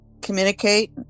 communicate